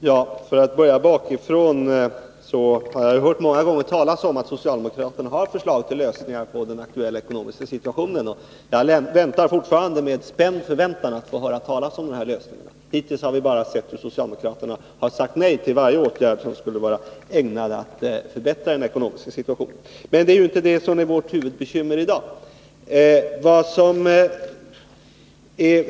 Herr talman! För att börja bakifrån, så har jag många gånger hört talas om att socialdemokraterna har förslag till lösningar på den aktuella ekonomiska situationen. Men jag motser fortfarande med spänd förväntan ett besked om vilka dessa lösningar är. Hittills har vi bara sett hur socialdemokraterna har sagt nej till varje åtgärd ägnad att förbättra den ekonomiska situationen. 45 Men detta är inte vårt huvudbekymmer i dag.